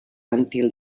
until